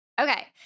Okay